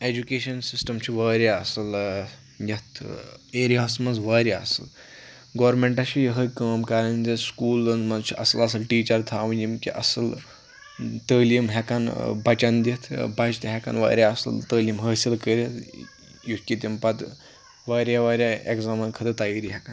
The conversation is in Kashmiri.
ایٚجُوکیشَن سِسٹم چھُ وارِیاہ اَصٕل یَتھ اَیرِیاہس منٛز واریاہ اَصٕل گورمٮ۪نٹس چھِ یِہے کٲم کَرٕنۍ زِ سکوٗلَن منٛز چھِ اصٕل اصٕل ٹیٖچَر تھاوٕنۍ یِم اصٕل تعلیٖم ہیٚکَن بَچَن دِتھ بَچہٕ تہِ ہیٚکَن واریاہ اصٕل تعلیٖم حٲصِل کٔرِتھ یُتھ کہِ تِم پتہٕ واریاہ واریاہ ایٚگزامَن خٲطرٕ تیٲری ہیٚکن کٔرِتھ